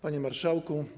Panie Marszałku!